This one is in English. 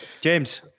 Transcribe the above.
James